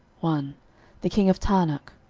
one the king of taanach,